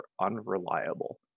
unreliable